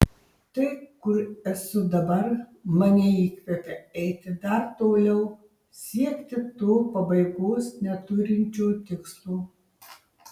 tai kur esu dabar mane įkvepia eiti dar toliau siekti to pabaigos neturinčio tikslo